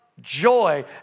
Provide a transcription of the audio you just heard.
joy